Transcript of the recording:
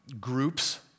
groups